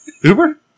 Uber